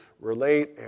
relate